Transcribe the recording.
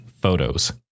photos